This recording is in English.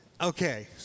Okay